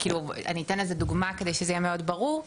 אני אתן איזו דוגמה כדי זה יהיה מאוד ברור.